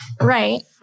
right